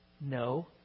no